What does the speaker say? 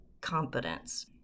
competence